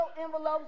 envelopes